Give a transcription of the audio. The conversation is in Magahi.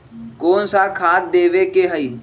कोन सा खाद देवे के हई?